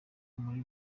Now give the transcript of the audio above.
muri